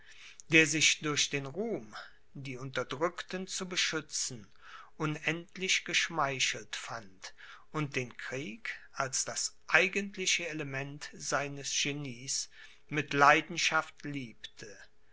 der sich durch den ruhm die unterdrückten zu beschützen unendlich geschmeichelt fand und den krieg als das eigentliche element seines genies mit leidenschaft liebte